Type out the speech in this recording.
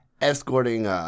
Escorting